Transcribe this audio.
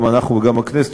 גם אנחנו וגם בכנסת,